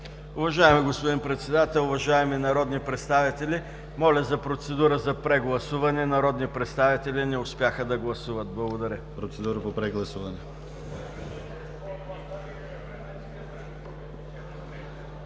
Уважаеми господин Председател, уважаеми народни представители! Моля за процедура по прегласуване – народни представители не успяха да гласуват. Благодаря Ви.